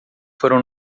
foram